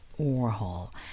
Warhol